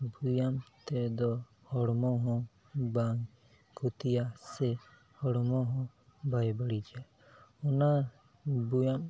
ᱵᱮᱭᱟᱢ ᱛᱮᱫᱚ ᱦᱚᱲᱢᱚ ᱦᱚᱸ ᱵᱟᱝ ᱠᱷᱚᱛᱤᱭᱟ ᱥᱮ ᱦᱚᱲᱢᱚ ᱦᱚᱸ ᱵᱟᱭ ᱵᱟᱹᱲᱤᱡᱟ ᱚᱱᱟ ᱵᱮᱭᱟᱢ